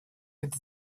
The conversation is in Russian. это